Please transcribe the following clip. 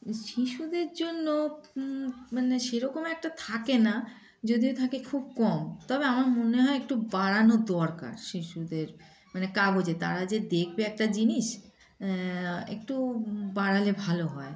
শিশুদের জন্য মানে সেরকম একটা থাকে না যদিও থাকে খুব কম তবে আমার মনে হয় একটু বাড়ানো দরকার শিশুদের মানে কাগজে তারা যে দেখবে একটা জিনিস একটু বাড়ালে ভালো হয়